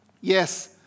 Yes